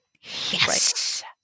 Yes